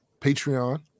Patreon